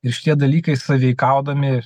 ir šitie dalykai sąveikaudami